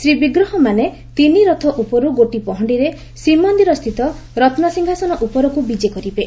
ଶ୍ରୀବିଗ୍ରହମାନେ ତିନିରଥ ଉପରୁ ଗୋଟି ପହଖିରେ ଶ୍ରୀମନ୍ଦିରସ୍ସ ରନୂସିଂହାସନ ଉପରକୁ ବିଜେ କରିବେ